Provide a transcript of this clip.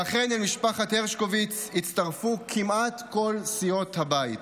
ואכן, למשפחת הרשקוביץ הצטרפו כמעט כל סיעות הבית